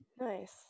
nice